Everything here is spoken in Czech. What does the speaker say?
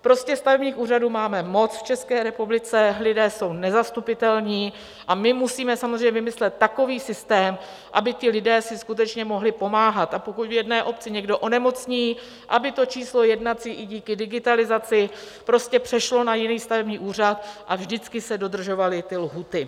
Prostě stavebních úřadů máme moc v České republice, lidé jsou nezastupitelní a my musíme vymyslet takový systém, aby ti lidé si skutečně mohli pomáhat, a pokud v jedné obci někdo onemocní, aby číslo jednací i díky digitalizaci prostě přešlo na jiný stavební úřad a vždycky se dodržovaly lhůty.